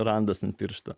randas ant piršto